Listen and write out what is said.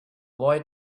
boy